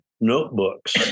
notebooks